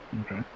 okay